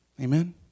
Amen